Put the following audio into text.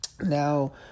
Now